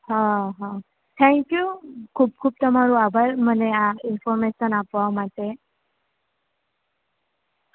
હ હ થેન્કયુ ખૂબ ખૂબ તમારો આભાર મને આ ઈન્ફોર્મેશન આપવા માટે